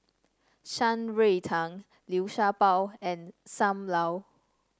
Shan Rui Tang Liu Sha Bao and Sam Lau